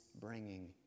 bringing